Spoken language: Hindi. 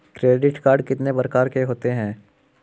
क्रेडिट कार्ड कितने प्रकार के होते हैं?